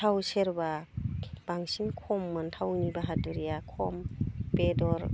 थाव सेरब्ला बांसिन खममोन थावनि बाहादुरिया खम बेदर